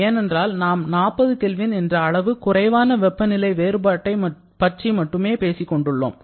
ஏனென்றால் நாம் 40 K என்ற அளவு குறைவான வெப்பநிலை வேறுபாட்டை பற்றி மட்டுமே பேசிக் கொண்டிருக்கிறோம்